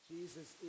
Jesus